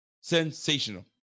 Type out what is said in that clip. Sensational